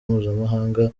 mpuzamahanga